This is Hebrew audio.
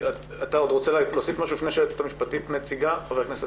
אתה רוצה להוסיף משהו לפני שהיועצת המשפטית מציגה?